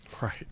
right